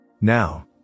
now